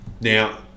Now